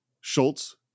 Schultz